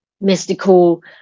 mystical